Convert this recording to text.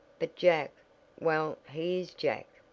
but jack well he is jack,